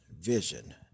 Vision